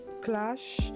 clash